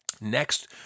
Next